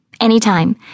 Anytime